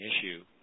issue